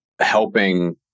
helping